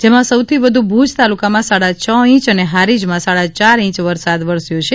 જેમાં સૌથી વધુ ભૂજ તાલુકામાં સાડા છ ઇંચ અને હારીજમાં સાડા ચાર ઇંચ વરસાદ વરસ્યો છે